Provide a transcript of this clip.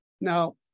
Now